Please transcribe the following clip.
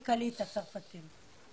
מקעליטה, צרפתים.